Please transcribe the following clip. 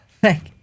Thank